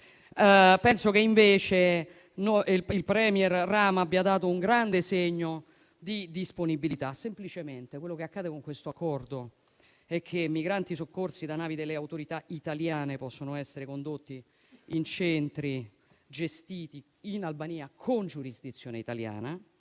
penso che invece il *premier* Rama abbia dato un grande segno di disponibilità. Semplicemente, quello che accade con questo accordo è che migranti soccorsi da navi delle autorità italiane possono essere condotti in centri gestiti in Albania con giurisdizione italiana;